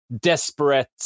desperate